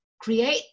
create